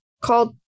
called